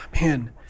Man